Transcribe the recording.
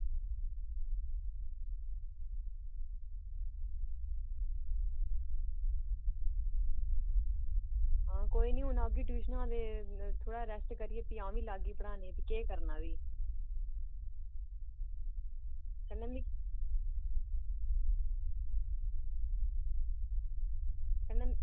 हां कोई निं हून औगी ट्यूशनां ते थोह्ड़ा रेस्ट करियै फ्ही अ'ऊं बी लोआगी पढ़ाने ई इत्त केह् करना फ्ही कन्नै मिगी कन्नै